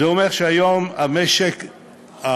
זה אומר שהיום הנזק